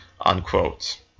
unquote